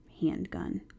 handgun